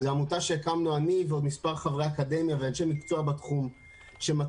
זו עמותה שהקמנו אני ועוד מספר חברי אקדמיה ואנשי מקצוע בתחום שמטרתה